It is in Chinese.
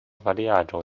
巴伐利亚州